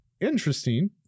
interesting